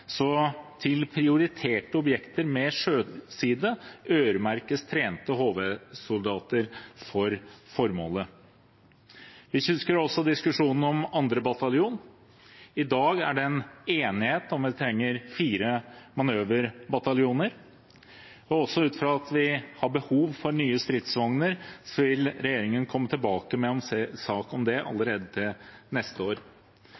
prioriterte objekter med sjøside øremerkes trente HV-soldater for formålet. Vi husker også diskusjonen om 2. bataljon. I dag er det enighet om at vi trenger fire manøverbataljoner. Ut fra at vi også har behov for nye stridsvogner, vil regjeringen komme tilbake med en sak om det allerede neste år.